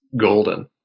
golden